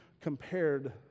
compared